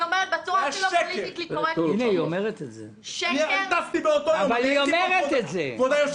אני אומרת בצורה הכי לא פוליטיקלי קורקט: שקר --- כבוד היושב-ראש,